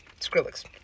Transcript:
Skrillex